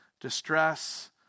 distress